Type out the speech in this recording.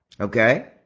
Okay